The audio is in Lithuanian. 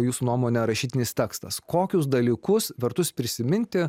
jūsų nuomone rašytinis tekstas kokius dalykus vertus prisiminti